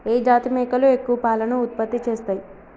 ఏ జాతి మేకలు ఎక్కువ పాలను ఉత్పత్తి చేస్తయ్?